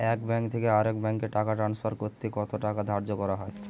এক ব্যাংক থেকে আরেক ব্যাংকে টাকা টান্সফার করতে কত টাকা ধার্য করা হয়?